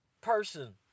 person